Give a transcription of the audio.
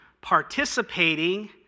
participating